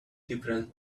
difference